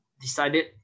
decided